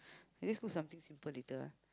I just cook something simple later lah